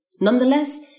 Nonetheless